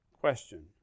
question